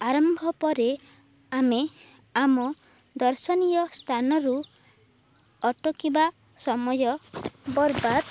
ଆରମ୍ଭ ପରେ ଆମେ ଆମ ଦର୍ଶନୀୟ ସ୍ଥାନରୁ ଅଟକିବା ସମୟ ବର୍ବାଦ